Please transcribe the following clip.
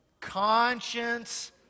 conscience